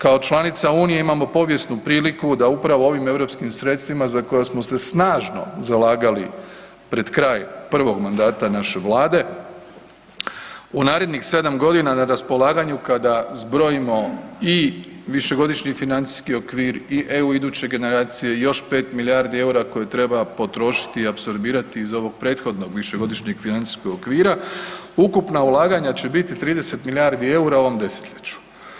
Kao članica Unije, imamo povijesnu priliku da upravo ovim europskim sredstvima za koja smo se snažno zalagali pred kraj prvog mandata naše Vlade, u narednih 7 g. na raspolaganju kada zbrojimo i višegodišnji financijski okvir i EU iduće generacije, još 5 milijardi eura koje treba potrošiti i apsorbirati iz ovog prethodnog višegodišnjeg financijskog okvira, ukupna ulaganja će biti 30 milijardi eura u ovom desetljeću.